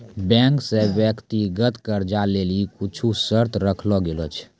bank से व्यक्तिगत कर्जा लेली कुछु शर्त राखलो गेलो छै